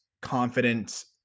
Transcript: confidence